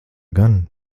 gan